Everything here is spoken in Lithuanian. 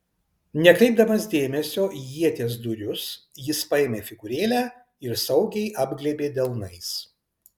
nekreipdamas dėmesio į ieties dūrius jis paėmė figūrėlę ir saugiai apglėbė delnais